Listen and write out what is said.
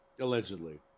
Allegedly